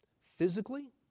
Physically